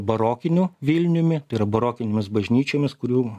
barokiniu vilniumi tai yra barokinėmis bažnyčiomis kurių